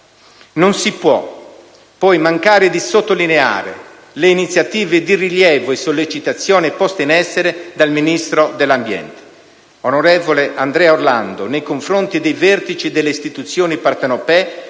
Non si può poi mancare di sottolineare le iniziative di rilievo e sollecitazione poste in essere dal Ministro dell'ambiente, onorevole Andrea Orlando, nei confronti dei vertici delle istituzioni partenopee